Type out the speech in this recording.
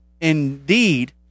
indeed